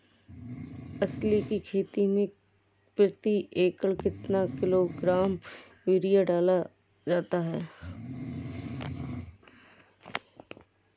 अलसी की खेती में प्रति एकड़ कितना किलोग्राम यूरिया डाला जाता है?